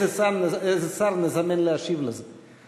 איזה שר נזמן להשיב על זה?